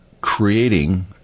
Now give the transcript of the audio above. creating